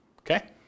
Okay